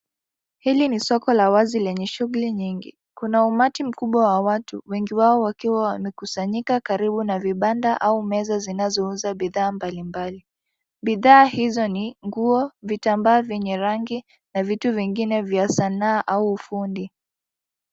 Hili ni soko la wazi lenye shughuli nyingi. Kuna umati mkubwa wa watu wengi wao wakiwa wamekusanyika karibu na vibanda au meza zinazouza bidhaa mbali mbali. Bidhaa hizo ni nguo, vitambaa vyenye rangi na vitu vingine vya Sanaa au ufundi.